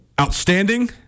outstanding